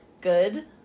good